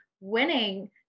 winning